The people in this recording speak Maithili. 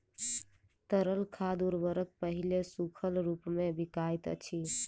तरल खाद उर्वरक पहिले सूखल रूपमे बिकाइत अछि